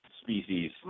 species